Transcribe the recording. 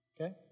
Okay